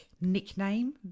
nickname